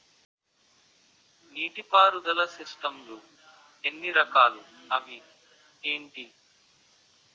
నీటిపారుదల సిస్టమ్ లు ఎన్ని రకాలు? అవి ఏంటి?